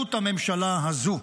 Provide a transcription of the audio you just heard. אחריות הממשלה הזו.